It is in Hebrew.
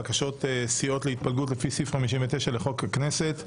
בקשות סיעות להתפלגות לפי סעיף 59 לחוק הכנסת.